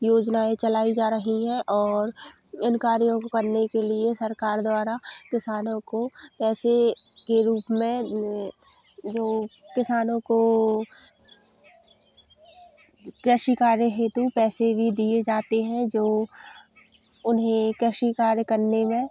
योजनाएँ चलाई जा रहीं हैं और इन कार्यों को करने के लिए सरकार द्वारा किसानों को पैसे के रूप में जो किसानों को कृषि कार्य हेतु पैसे भी दिए जाते हैं जो उन्हें कृषि कार्य करने में